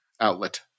outlet